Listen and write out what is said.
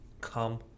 come